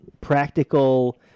practical